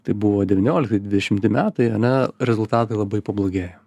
tai buvo devyniolikti dvidešimti metai ane rezultatai labai pablogėjo